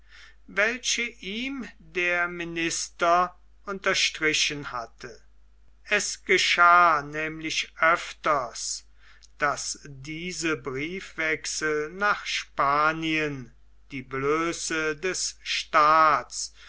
welche ihm der minister unterstrichen hatte es geschah nämlich öfters daß diese briefwechsel nach spanien die blöße des staats